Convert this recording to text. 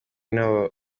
niho